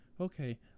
okay